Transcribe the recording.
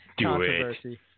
controversy